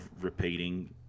repeating